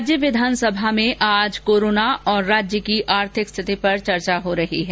राज्य विधानसभा में आज कोरोना और राज्य की आर्थिक स्थिति पर चर्चा हो रही है